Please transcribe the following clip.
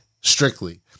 strictly